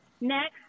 Next